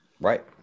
Right